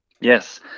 Yes